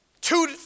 Two